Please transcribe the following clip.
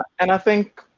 and i think